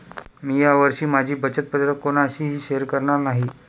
मी या वर्षी माझी बचत पत्र कोणाशीही शेअर करणार नाही